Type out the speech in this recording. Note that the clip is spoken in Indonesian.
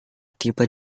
tiba